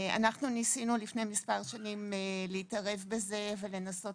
אנחנו ניסינו לפני כמה שנים להתערב בזה ולנסות